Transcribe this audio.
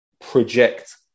project